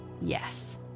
yes